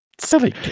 Silly